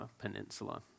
Peninsula